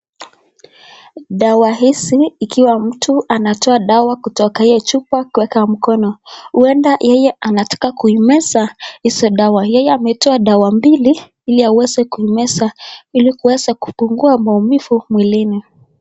Dawa hizi ikiwa mtu anatoa dawa kutoka ya chupa kuweka mkono, huenda yeye anataka kuimeza hizo dawa, yeye ametoa dawa mbili ili aweze kuimeza ili kuweza kupungua maumivu mwilini.